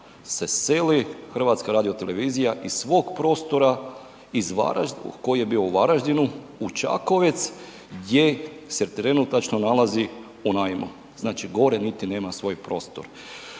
je bilo suludo da se seli HRT iz svog prostora koji je bio u Varaždinu u Čakovec gdje se trenutačno nalazi u najmu. Znači gore niti nema svoj prostor.